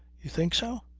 you think so?